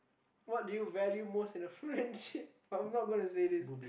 what do you value most in a friendship I'm not gonna say this